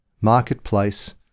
marketplace